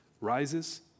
rises